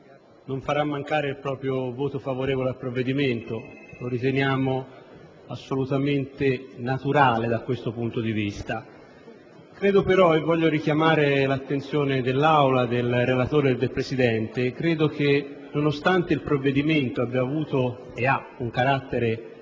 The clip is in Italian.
non farà mancare il proprio voto favorevole al provvedimento in esame, che riteniamo assolutamente naturale da questo punto di vista. Voglio però richiamare l'attenzione dell'Aula, del relatore e del Presidente sul fatto che, nonostante il provvedimento abbia un carattere